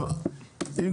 זו